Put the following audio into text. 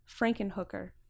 Frankenhooker